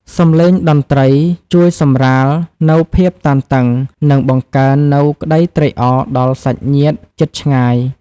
សំឡេងតន្ត្រីជួយសម្រាលនូវភាពតានតឹង និងបង្កើននូវក្ដីត្រេកអរដល់សាច់ញាតិជិតឆ្ងាយ។